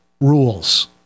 rules